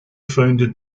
founded